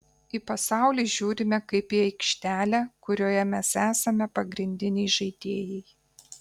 į pasaulį žiūrime kaip į aikštelę kurioje mes esame pagrindiniai žaidėjai